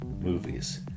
movies